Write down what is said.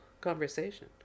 conversation